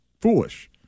foolish